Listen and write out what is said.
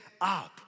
up